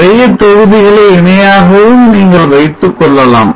நிறைய தொகுதிகளை இணையாகவும் நீங்கள் வைத்துக்கொள்ளலாம்